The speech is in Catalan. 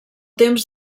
temps